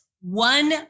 one